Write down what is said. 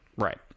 Right